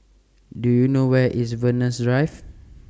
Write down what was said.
Do YOU know Where IS Venus Drive